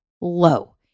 low